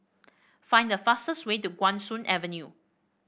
find the fastest way to Guan Soon Avenue